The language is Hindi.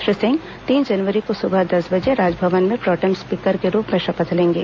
श्री सिंह तीन जनवरी को सुबह दस बजे राजभवन में प्रोटेम स्पीकर के रूप में शपथ लेंगे